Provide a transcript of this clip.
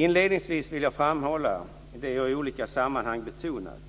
Inledningsvis vill jag framhålla att det jag i olika sammanhang betonat